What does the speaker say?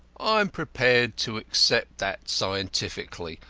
i am prepared to accept that scientifically,